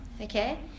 Okay